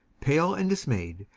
pale and dismayed,